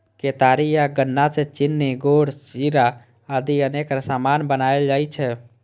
केतारी या गन्ना सं चीनी, गुड़, शीरा आदि अनेक सामान बनाएल जाइ छै